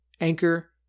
Anchor